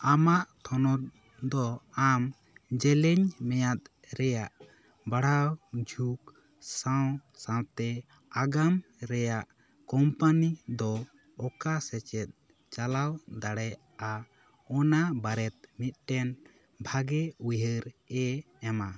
ᱟᱢᱟᱜ ᱛᱷᱚᱱᱚᱛ ᱫᱚ ᱟᱢ ᱡᱮᱞᱮᱧ ᱢᱮᱭᱟᱫ ᱨᱮᱭᱟᱜ ᱵᱟᱲᱦᱟᱣ ᱡᱷᱩᱠ ᱥᱟᱶ ᱥᱟᱶᱛᱮ ᱟᱜᱟᱢ ᱨᱮᱭᱟᱜ ᱠᱳᱢᱯᱟᱞᱤ ᱫᱚ ᱚᱠᱟ ᱥᱮᱫ ᱪᱟᱞᱟᱣ ᱫᱟᱲᱮᱭᱟᱜᱼᱟ ᱚᱱᱟ ᱵᱟᱨᱮᱛᱮ ᱢᱤᱫᱴᱮᱱ ᱵᱷᱟᱜᱮ ᱩᱭᱦᱟᱹᱨ ᱮ ᱮᱢᱟ